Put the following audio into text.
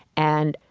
and